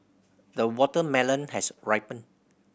the watermelon has ripened